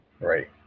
Right